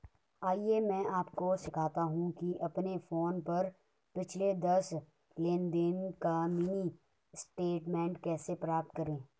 आइए मैं आपको सिखाता हूं कि अपने फोन पर पिछले दस लेनदेन का मिनी स्टेटमेंट कैसे प्राप्त करें